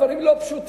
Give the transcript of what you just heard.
הדברים לא פשוטים,